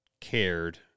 cared